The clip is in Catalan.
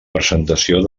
presentació